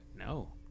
No